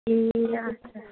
ए हजुर